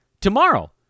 tomorrow